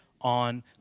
on